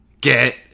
get